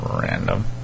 Random